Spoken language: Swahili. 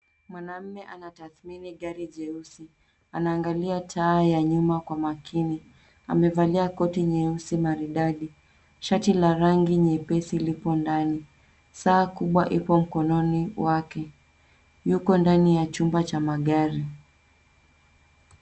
Mwanamume anatathmini gari jeusi. Anaangalia taa ya nyuma kwa makini. Amevalia koti nyeusi maridadi, shati la rangi nyepesi lipo ndani. Saa kubwa ipo mkononi wake. Yuko ndani ya chumba cha magari.